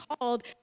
called